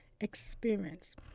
experience